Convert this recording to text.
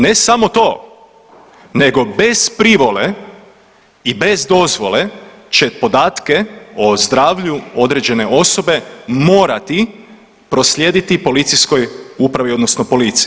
Ne samo to nego bez privole i bez dozvole će podatke o zdravlju određene osobe morati proslijediti policijskoj upravi odnosno policiji.